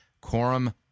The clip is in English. quorum